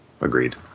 agreed